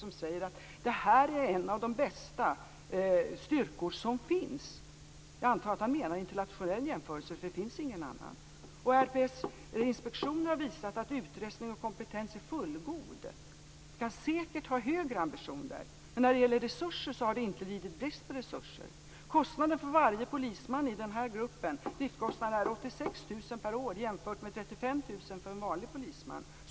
Han säger att detta är en av de bästa styrkor som finns. Jag antar att han menar att den är det vid en internationell jämförelse, eftersom det inte finns någon annan. RPS inspektioner har visat att utrustning och kompetens är fullgod. Vi kan säkert ha högre ambitioner i fråga om detta. Men det har inte varit brist på resurser. Driftskostnaden för varje polisman i denna grupp är 86 000 kr per år jämfört med 35 000 kr för en vanlig polisman.